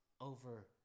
Over